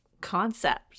concept